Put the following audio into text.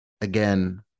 again